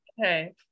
Okay